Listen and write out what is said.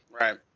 Right